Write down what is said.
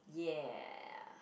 ya